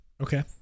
Okay